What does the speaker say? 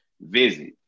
Visit